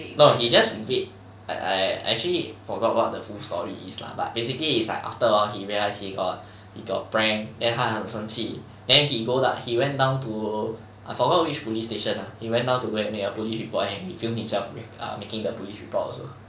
no he just invade like I I actually forgot what the full story is lah but basically is like after a while he realise he got he got pranked then 他很生气 then he go the he went down to I forgot which police station lah he went down to go and make a police report and he film himself making the police report also